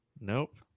Nope